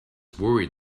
worried